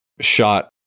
shot